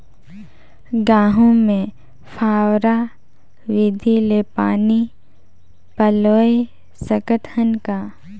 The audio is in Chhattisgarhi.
गहूं मे फव्वारा विधि ले पानी पलोय सकत हन का?